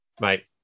Mate